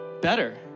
better